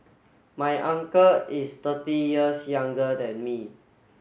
my uncle is thirty years younger than me